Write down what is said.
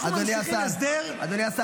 אנחנו ממשיכים הסדר --- אדוני השר.